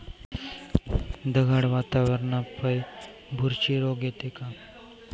ढगाळ वातावरनापाई बुरशी रोग येते का?